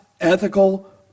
ethical